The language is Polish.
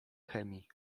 chemii